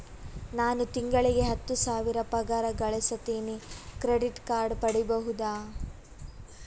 ನಾನು ತಿಂಗಳಿಗೆ ಹತ್ತು ಸಾವಿರ ಪಗಾರ ಗಳಸತಿನಿ ಕ್ರೆಡಿಟ್ ಕಾರ್ಡ್ ಪಡಿಬಹುದಾ?